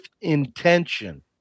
intention